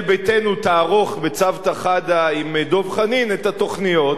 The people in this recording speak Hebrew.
ביתנו תערוך בצוותא חדא עם דב חנין את התוכניות,